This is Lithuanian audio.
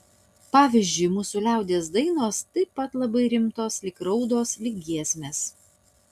pavyzdžiui mūsų liaudies dainos taip pat labai rimtos lyg raudos lyg giesmės